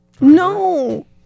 no